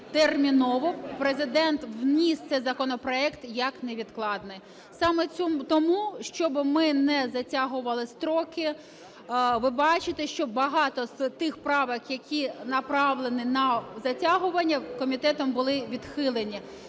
терміново, Президент вніс цей законопроект як невідкладний, саме тому, щоби ми не затягували строки. Ви бачите, що багато з тих правок, які направлені на затягування, комітетом були відхилені.